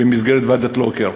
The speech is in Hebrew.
במסגרת ועדת לוקר.